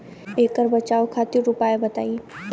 ऐकर बचाव खातिर उपचार बताई?